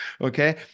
okay